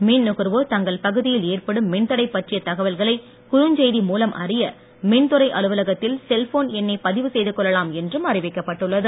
மின் நுகர்வோர் தங்கள் பகுதியில் ஏற்படும் மின்தடை பற்றிய தகவல்களை குறுஞ்செய்தி மூலம் அறிய மின்துறை அலுவலகத்தில் செல்போன் எண்ணை பதிவு செய்துகொள்ளலாம் என்றும் அறிவிக்கப் பட்டுள்ளது